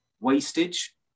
wastage